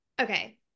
okay